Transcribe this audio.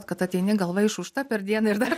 kad ateini galva išūžta per dieną ir dar